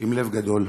עם לב גדול,